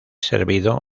servido